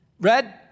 Red